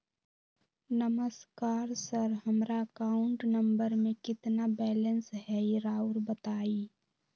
नमस्कार सर हमरा account number में कितना बैलेंस हेई राहुर बताई?